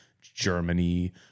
Germany